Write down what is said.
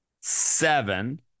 seven